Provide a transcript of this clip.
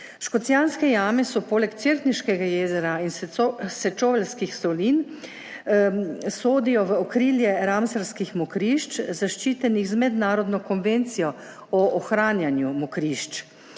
Škocjanske jame sodijo poleg Cerkniškega jezera in Sečoveljskih solin v okrilje ramsarskih mokrišč, zaščitenih z mednarodno konvencijo o ohranjanju mokrišč.